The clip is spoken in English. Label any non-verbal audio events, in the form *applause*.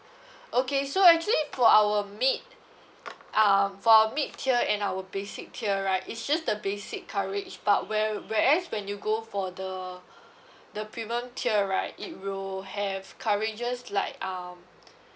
okay so actually for our mid um for our mid tier and our basic tier right it's just the basic coverage but where whereas when you go for the *breath* the premium tier right it will have coverages like um